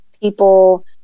people